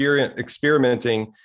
experimenting